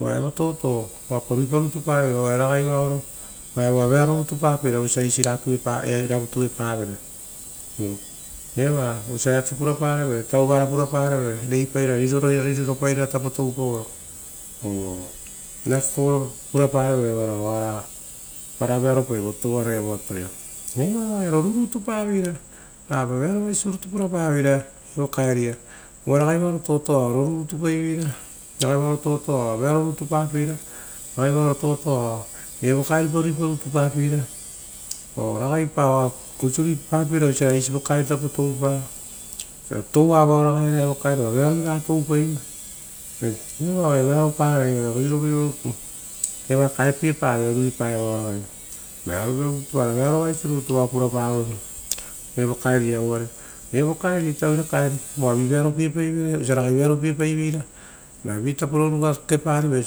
Uva evo toto oa ragai vearopie paivera vosia iravu tuepavere osia esira pieparevere. Iu vosia tauvara puraparevere reipairana tapo toupaoro oo eake kovoro pura pa revere oana voi atoia. Eva oaia rorunita paveira rapa veaovaisi purapaoro, evo kaeria uva ragai voro totoa oa rori rutu pai veira, ragai varo totoa oa vearo rutu papeira ragai varo toto a oa evo kaeri rutu pa ruipapapeira oo ragai pa osio ruipapapeira ra eisi vokairi tapo toupa. Osia touava raga oa vearovirara ga toupaive. Eva oaia rorupavera reivira rutu, vearovira rutu oaia vearo vasi rutu purapavoi evo kaeria, uvare evo kaeri oa oira kaeri oa vivearopie paivere osia ragai vearopie paivera. Ra vi tapo rorua kekeparivere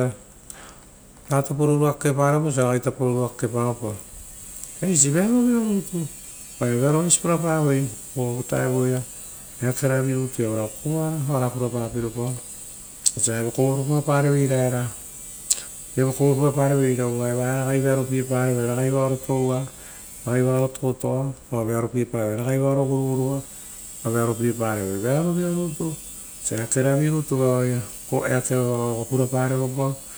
ora ratapo roua kekeparevere, eisi vearovira rutu, oaia vearo vaisi purapavoi evaraia eake rorutuia varao kovoara avap piropao vosia vokovoro purapareveira era. Uva evaia ragai vearopie parevere toua. Ragai varo totoa ora rugorugoa oa vearopie pareve. Vearovira rutu eakeraviia vara ora purapare vere.